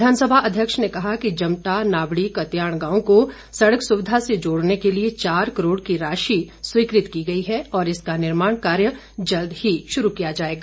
विधानसभा अध्यक्ष ने कहा कि जमटा नावड़ी कत्याण गांव को सड़क सुविधा से जोड़ने के लिए चार करोड़ की राशि स्वीकृत की गई है और इसका निर्माण कार्य जल्द ही शुरू किया जाएगा